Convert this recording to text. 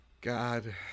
God